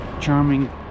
charming